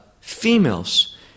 females